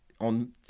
on